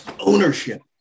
Ownership